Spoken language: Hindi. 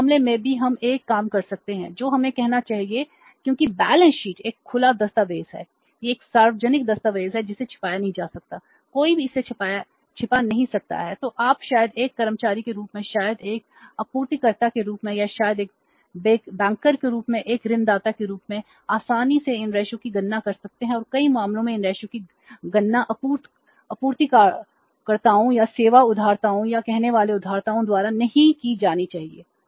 उस मामले में भी हम एक काम कर सकते हैं जो हमें कहना चाहिए क्योंकि बैलेंस शीट की गणना आपूर्तिकर्ताओं या सेवा उधारदाताओं या कहने वाले उधारदाताओं द्वारा नहीं की जानी चाहिए